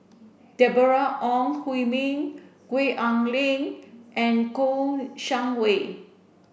Deborah Ong Hui Min Gwee Ah Leng and Kouo Shang Wei